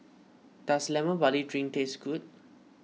does Lemon Barley Drink taste good